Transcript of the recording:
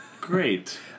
Great